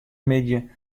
middei